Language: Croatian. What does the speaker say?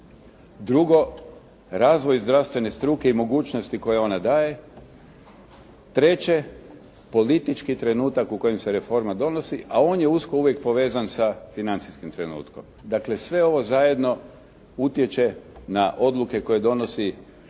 Drugo, razvoj zdravstvene struke i mogućnosti koje ona daje. Treće, politički trenutak u kojem se reforma donosi, a on je usko uvijek povezan sa financijskim trenutkom. Dakle sve ovo zajedno utječe na odluke koje donosi,